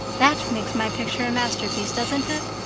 that makes my picture a masterpiece, doesn't it,